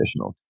traditionals